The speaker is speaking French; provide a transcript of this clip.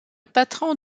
patron